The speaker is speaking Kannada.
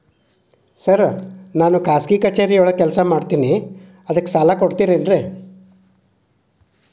ಸರ್ ನಾನು ಖಾಸಗಿ ಕಚೇರಿಯಲ್ಲಿ ಕೆಲಸ ಮಾಡುತ್ತೇನೆ ಅದಕ್ಕೆ ಸಾಲ ಕೊಡ್ತೇರೇನ್ರಿ?